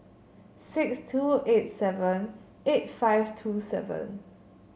six two eight seven eight five two seven